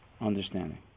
understanding